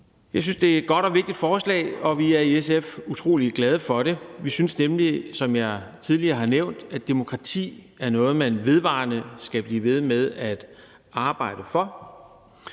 Jeg synes, det er et godt og vigtigt forslag, og vi er i SF utrolig glade for det. Vi synes nemlig, som jeg tidligere har nævnt, at demokrati er noget, man skal blive ved med at arbejde for.